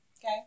Okay